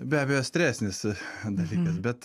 be abejo stresnis dalykas bet